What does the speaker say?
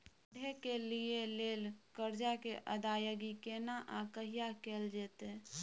पढै के लिए लेल कर्जा के अदायगी केना आ कहिया कैल जेतै?